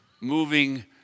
moving